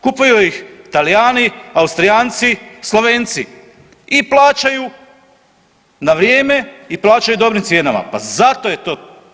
Kupuju ih Talijani, Austrijanci, Slovenci i plaćaju na vrijeme i plaćaju dobrim cijenama, pa zato je to.